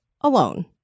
alone